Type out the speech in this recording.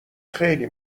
خیلی